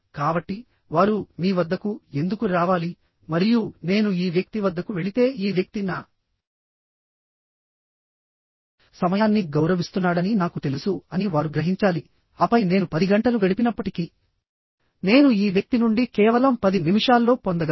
కాబట్టి వారు మీ వద్దకు ఎందుకు రావాలి మరియు నేను ఈ వ్యక్తి వద్దకు వెళితే ఈ వ్యక్తి నా సమయాన్ని గౌరవిస్తున్నాడని నాకు తెలుసు అని వారు గ్రహించాలి ఆపై నేను 10 గంటలు గడిపినప్పటికీ నేను ఈ వ్యక్తి నుండి కేవలం 10 నిమిషాల్లో పొందగలను